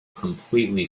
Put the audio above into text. completely